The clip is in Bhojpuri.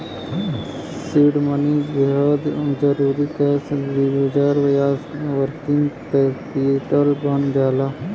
सीड मनी बेहद जरुरी कैश रिजर्व या वर्किंग कैपिटल बन जाला